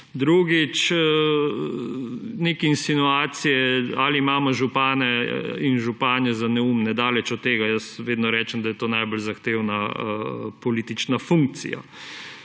Drugič, neke insinuacije, ali imamo župane in županje za neumne. Daleč od tega! Vedno rečem, da je to najbolj zahtevna politična funkcija.